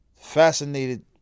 fascinated